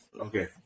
okay